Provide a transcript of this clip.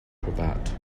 cravat